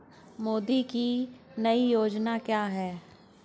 मोदी की नई योजना क्या है?